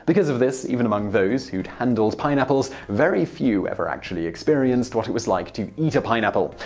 because of this, even among those who'd handled pineapples, very few ever actually experienced what it was like to eat a pineapple.